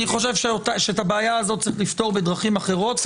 חושב שאת הבעיה הזו צריכים לפתור בדרכים אחרות,